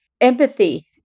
empathy